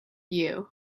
you